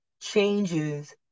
changes